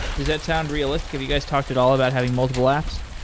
does that sound realistic? have you guys talked at all about having multiple apps?